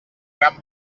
gran